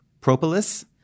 Propolis